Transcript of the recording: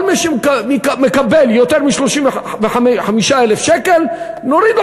כל מי שמקבל יותר מ-35,000 שקל נוריד לו